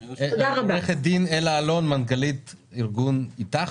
עורכת הדין אלה אלון, מנכ"לית ארגון איתך.